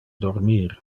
dormir